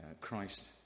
Christ